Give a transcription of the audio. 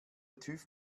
tüv